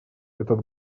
этот